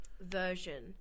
version